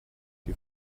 die